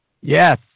Yes